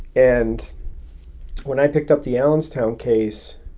and when i picked up the allenstown case,